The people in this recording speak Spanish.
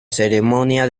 ceremonia